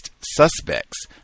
suspects